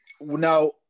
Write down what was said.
now